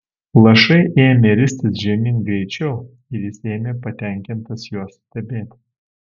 lašai ėmė ristis žemyn greičiau ir jis ėmė patenkintas juos stebėti